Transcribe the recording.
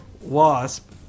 Wasp